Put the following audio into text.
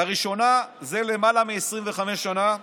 לראשונה זה למעלה מ-25 שנה,